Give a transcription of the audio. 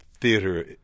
theater